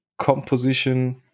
composition